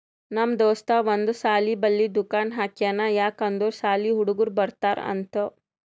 ನಮ್ ದೋಸ್ತ ಒಂದ್ ಸಾಲಿ ಬಲ್ಲಿ ದುಕಾನ್ ಹಾಕ್ಯಾನ್ ಯಾಕ್ ಅಂದುರ್ ಸಾಲಿ ಹುಡುಗರು ಬರ್ತಾರ್ ಅಂತ್